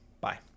Bye